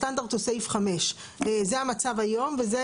הסטנדרט הוא סעיף 5. זה המצב היום וזה